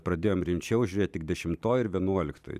pradėjom rimčiau žiūrėt tik dešimtoj vienuoliktoj